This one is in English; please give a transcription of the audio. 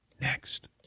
Next